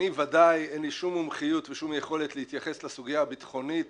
אני ודאי אין לי שום מומחיות ושום יכולת להתייחס לסוגיה ביטחונית